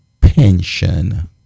pension